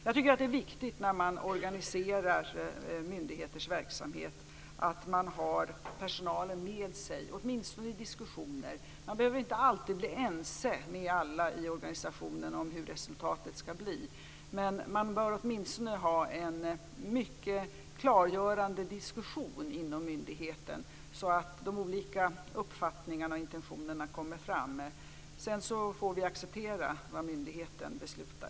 Jag tycker att det är viktigt att man när myndigheters verksamhet organiseras har personalen med sig, åtminstone i diskussioner. Man behöver inte alltid bli ense med alla i organisationen om hur resultatet skall bli men man bör åtminstone ha en mycket klargörande diskussion inom myndigheten så att de olika uppfattningarna och intentionerna kommer fram. Sedan får vi acceptera vad myndigheten beslutar.